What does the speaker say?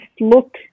look